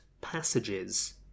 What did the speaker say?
Passages